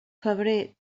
febrer